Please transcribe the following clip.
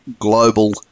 global